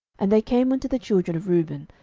and they came unto the children of reuben,